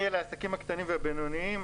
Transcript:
אלה העסקים הקטנים והבינוניים?